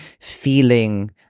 feeling